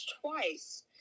twice